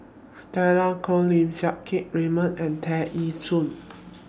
Stella Kon Lim Siang Keat Raymond and Tear Ee Soon